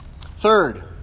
Third